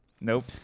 Nope